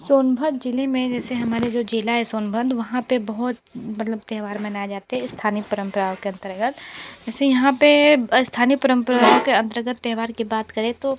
सोनभद्र ज़िले में जैसे हमारे जो ज़िला है सोनभद्र वहाँ पे बहुत मतलब त्यौहार मनाय जाते हैं स्थानीय परम्पराओं के अंतर्गत जैसे यहाँ पे स्थानीय परम्पराओं के अंतर्गत त्यौहार की बात करें तो